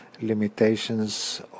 limitations